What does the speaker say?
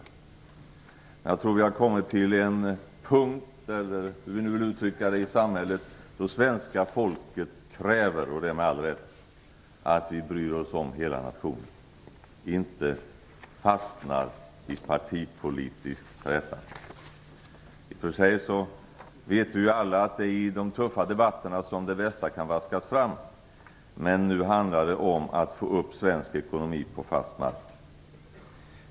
Men jag tror att vi nu har kommit till en punkt i samhället - eller hur det nu skall uttryckas - där svenska folket, med all rätt, kräver att vi bryr oss om hela nationen och inte fastnar i partipolitisk träta. I och för sig vet vi alla att det är i de tuffa debatterna som det bästa kan vaskas fram. Men nu handlar det om att få upp svensk ekonomi på fast mark.